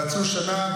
רצו שנה,